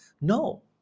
No